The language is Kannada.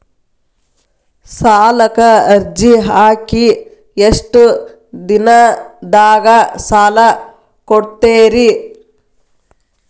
ಸಾಲಕ ಅರ್ಜಿ ಹಾಕಿ ಎಷ್ಟು ದಿನದಾಗ ಸಾಲ ಕೊಡ್ತೇರಿ?